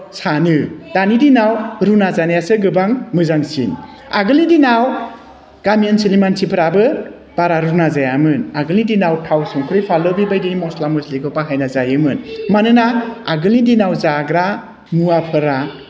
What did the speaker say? सानो दानि दिनाव रुना जानायासो गोबां मोजांसिन आगोलनि दिनाव गामि ओनसोलनि मानसिफोराबो बारा रुना जायामोन आगोलनि दिनाव थाव संख्रि फानलु बेबायदि मस्ला मस्लिखौ बाहायना जायोमोन मानोना आगोलनि दिनाव जाग्रा मुवाफोरा